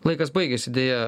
laikas baigėsi deja